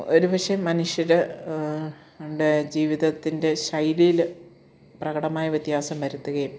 ഒരു പക്ഷേ മനുഷ്യരുടെ ജീവിതത്തിൻ്റെ ശൈലിയിൽ പ്രകടമായ വ്യത്യാസം വരുത്തുകയും